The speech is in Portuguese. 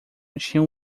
tinha